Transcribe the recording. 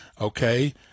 okay